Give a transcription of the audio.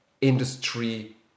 industry